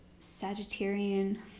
Sagittarian